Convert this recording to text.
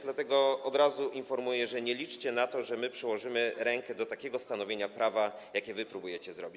Dlatego od razu informuję: nie liczcie na to, że my przyłożymy rękę do takiego stanowienia prawa, jakie wy próbujecie wprowadzić.